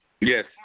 Yes